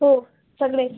हो सगळे